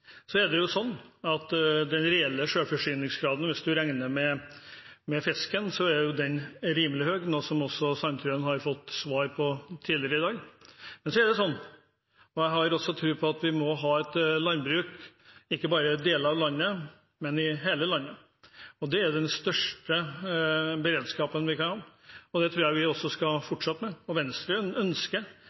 Hvis man regner med fisken, er den reelle selvforsyningsgraden rimelig høy, noe som også Sandtrøen har fått svar på tidligere i dag. Men jeg har også tro på at vi må ha et landbruk ikke bare i deler av landet, men i hele landet. Det er den beste beredskapen vi kan ha, og det tror jeg også vi skal fortsette med. Venstre ønsker et differensiert landbruk der det faktisk er mulig å ha landbruk i Pasvik og